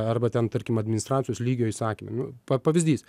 arba ten tarkim administracijos lygio įsakymą nu pa pavyzdys